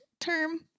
term